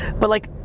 but, like,